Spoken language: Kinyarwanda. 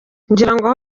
ngirango